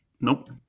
Nope